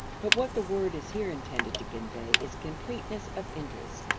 but what the word is here intended to convey is completeness of interest,